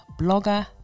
blogger